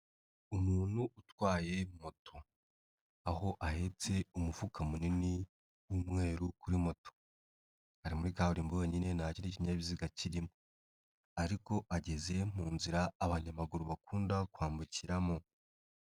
Umuntu utwaye moto aho ahetse umufuka munini w'umweru kuri moto, ari muri gaburimbo wenyine nta kindi kinyabiziga kirimo ariko ageze mu nzira abanyamaguru bakunda kwambukiramo.